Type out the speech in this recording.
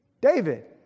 David